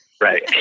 Right